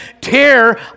tear